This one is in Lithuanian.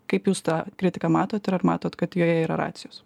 kaip jūs tą kritiką matot ir ar matot kad joje yra racijos